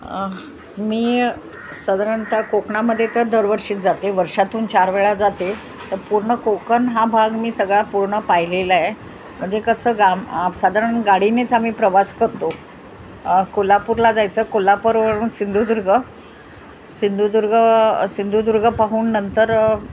मी साधारणतः कोकणामदे तर दरवर्षीत जाते वर्षातून चार वेळा जाते तर पूर्ण कोकन हा भाग मी सगळा पूर्ण पाहिलेलाय म्हणजे कसं गाम साधारण गाडीनेच आम्ही प्रवास करतो कोल्हापूरला जायचं कोल्हापूरवरून सिंधुदुर्ग सिंधुदुर्ग सिंधुदुर्ग पाहून नंतर